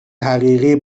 حقیقی